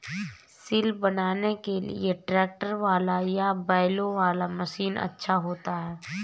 सिल बनाने के लिए ट्रैक्टर वाला या बैलों वाला मशीन अच्छा होता है?